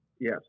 Yes